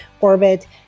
orbit